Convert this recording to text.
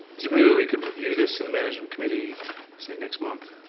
maybe we could review this in the management committee say next month?